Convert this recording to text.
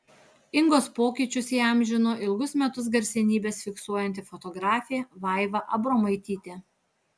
ingos pokyčius įamžino ilgus metus garsenybes fiksuojanti fotografė vaiva abromaitytė